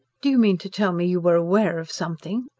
do you mean to tell me you were aware of something?